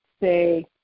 say